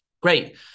great